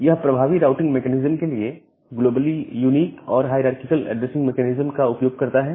यह प्रभावी routing mechanism के लिए ग्लोबली यूनिक और हायरारकीकल ऐड्रेसिंग मैकेनिज्म का उपयोग करता है